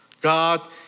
God